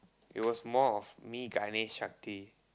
it was more of me Ganesh Shakti